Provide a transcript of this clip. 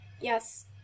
-"Yes